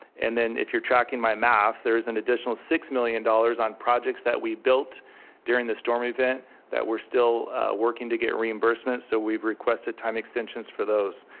and then if you're tracking my math, there is an additional six million dollars on projects that we built during the storm event that we're still working to get reimbursement so we've requested time extensions for those.